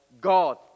God